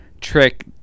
trick